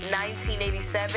1987